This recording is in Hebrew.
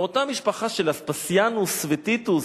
מאותה משפחה של אספסיאנוס וטיטוס.